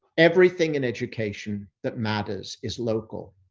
everything in education that matters is local,